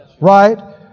Right